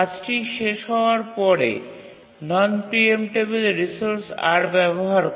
কাজটি শেষ হওয়ার পরে নন প্রিএমটেবিল রিসোর্স R ব্যবহার করে